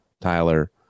Tyler